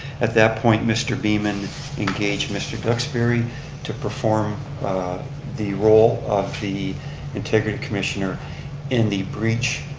at that point mr. beaman engaged mr. duxbury to perform the role of the integrity commissioner in the breach,